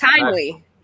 timely